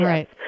Right